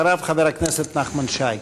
אחריו, חבר הכנסת נחמן שי.